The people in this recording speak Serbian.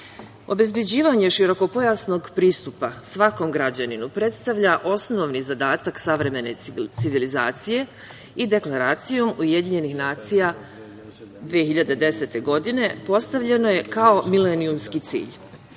mogućnosti. Obezbeđivanje širokopojasnog pristupa svakom građaninu predstavlja osnovni zadatak savremene civilizacije i Deklaracijom UN 2010. godine postavljeno je kao milenijumski